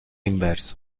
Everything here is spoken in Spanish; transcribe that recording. inverso